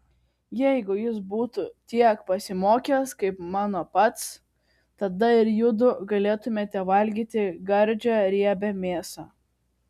jeigu jis būtų tiek pasimokęs kaip mano pats tada ir judu galėtumėte valgyti gardžią riebią mėsą